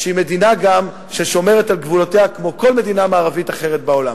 וגם מדינה ששומרת על גבולותיה כמו כל מדינה מערבית אחרת בעולם.